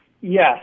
Yes